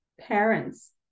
parents